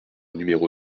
numéro